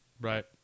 Right